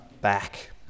back